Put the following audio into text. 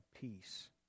peace